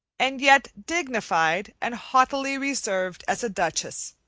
and yet dignified and haughtily reserved as a duchess.